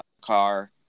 car